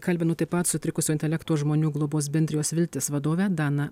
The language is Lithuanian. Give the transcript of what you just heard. kalbinu taip pat sutrikusio intelekto žmonių globos bendrijos viltis vadovę daną